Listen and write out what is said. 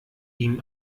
ihm